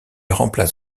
remplace